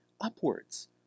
upwards